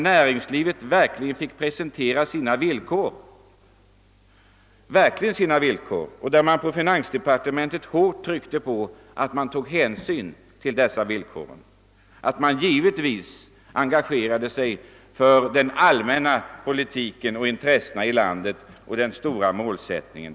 Näringslivet fick verkligen presentera sina villkor, och finansdepartementet tryckte hårt på att man tog hänsyn till dessa samtidigt som man engagerade sig för landets allmänna intressen och den politiska målsättningen.